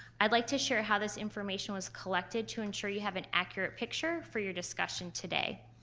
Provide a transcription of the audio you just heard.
i'd like to share how this information was collected to ensure you have an accurate picture for your discussion today.